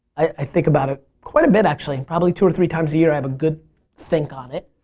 i think about it quite a bit actually. and probably two or three times a year i have a good think on it.